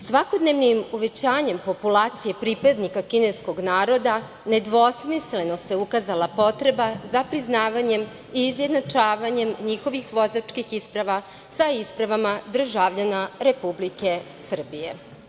Svakodnevnim uvećavanjem populacije pripadnika kineskog naroda nedvosmisleno se ukazala potreba za priznavanjem i izjednačavanjem njihovih vozačkih isprava sa ispravama državljana Republike Srbije.